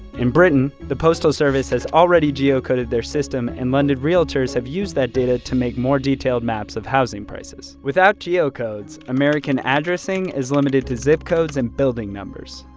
in britain, the postal service has already geocoded their system and london realtors have used that data to make more detailed maps of housing prices. without geocodes, american addressing is limited to zip codes and building numbers.